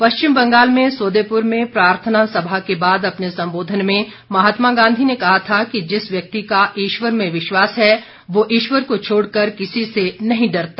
पश्चिम बंगाल में सोदेपुर में प्रार्थना सभा के बाद अपने संबोधन में महात्मा गांधी ने कहा था कि जिस व्यक्ति का ईश्वर में विश्वास है वह ईश्वर को छोड़कर किसी से नहीं डरता